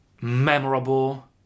memorable